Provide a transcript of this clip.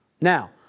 Now